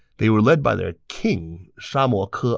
they were led by their king, sha moke,